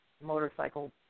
motorcycle